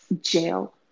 jail